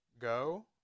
Go